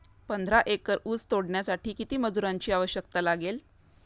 पंधरा एकर ऊस तोडण्यासाठी किती मजुरांची आवश्यकता लागेल?